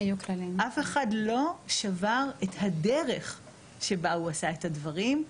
אף אחד לא שבר את הדרך שבה הוא עשה את הדברים.